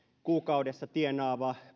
kuukaudessa tienaavalle